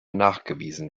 nachgewiesen